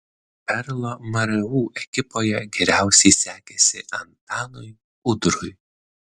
perlo mru ekipoje geriausiai sekėsi antanui udrui